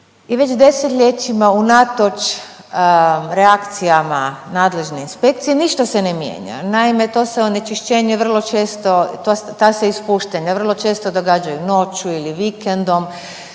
i već desetljećima unatoč reakcijama nadležne inspekcije ništa se ne mijenja. Naime, to se onečišćenje vrlo često, ta se ispuštanja vrlo često događaju noću ili vikendom,